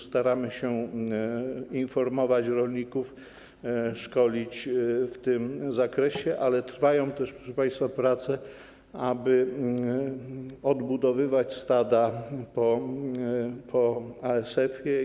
Staramy się informować rolników, szkolić w tym zakresie, ale trwają też, proszę państwa, prace, aby odbudowywać stada po ASF-ie.